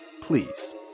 please